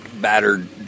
Battered